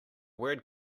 word